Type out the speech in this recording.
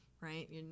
right